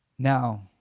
Now